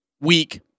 Weak